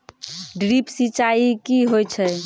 Drip सिंचाई कि होय छै?